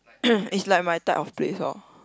it's like my type of place orh